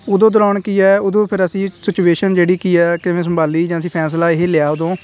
ਉਦੋਂ ਦੌਰਾਨ ਕੀ ਹੈ ਉਦੋਂ ਫਿਰ ਅਸੀਂ ਸਿਚੁਏਸ਼ਨ ਜਿਹੜੀ ਕੀ ਆ ਕਿਵੇਂ ਸੰਭਾਲੀ ਜਾਂ ਅਸੀਂ ਫੈਸਲਾ ਇਹ ਲਿਆ ਉਦੋਂ